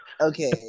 Okay